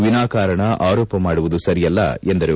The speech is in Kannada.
ವಿನಾಕಾರಣ ಆರೋಪ ಮಾಡುವುದು ಸರಿಯಲ್ಲ ಎಂದರು